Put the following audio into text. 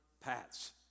paths